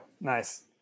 nice